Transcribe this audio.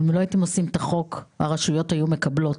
אם לא הייתם עושים את החוק, הרשויות היו מקבלות.